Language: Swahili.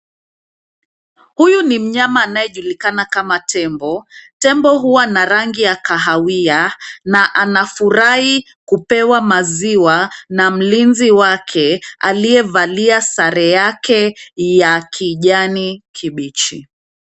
Huyu ni mnyama anayejulikana kama tembo. Tembo huwa na rangi ya kahawia na anafurahi kupewa maziwa na mlinzi wake aliyevalia sare yake ya kijani kibichi.